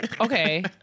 okay